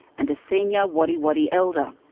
and a senior wadi wadi elder.